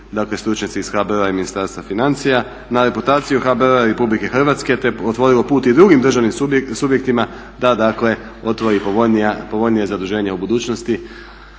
dakle stručnjaci iz HBOR-a i Ministarstva financija na reputaciju HBOR-a i Republike Hrvatske te otvorilo put i drugim državnim subjektima da dakle otvori povoljnija zaduženja u budućnosti.